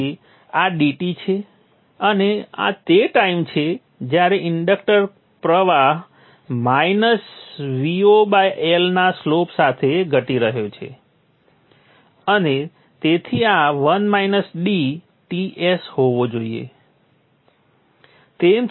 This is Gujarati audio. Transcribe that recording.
તેથી આ dt છે અને આ તે ટાઈમ છે જ્યારે ઇન્ડક્ટર પ્રવાહ માઇનસ Vo L ના સ્લોપ સાથે ધટી રહ્યો છે અને તેથી આ Ts હોવો જોઈએ